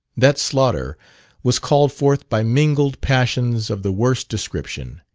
that slaughter was called forth by mingled passions of the worst description.